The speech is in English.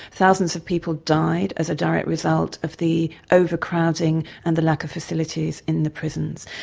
thousands of people died as a direct result of the overcrowding and the lack of facilities in the prisons.